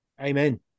amen